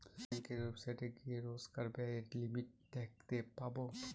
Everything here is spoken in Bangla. ব্যাঙ্কের ওয়েবসাইটে গিয়ে রোজকার ব্যায়ের লিমিট দেখতে পাবো